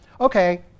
okay